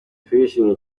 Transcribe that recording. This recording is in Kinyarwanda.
turishimye